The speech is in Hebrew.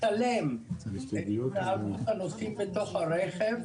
לצלם את התנהגות הנוסעים בתוך הרכב,